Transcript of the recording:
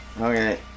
Okay